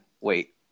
Wait